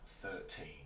thirteen